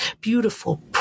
beautiful